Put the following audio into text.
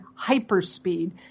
hyperspeed